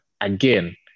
again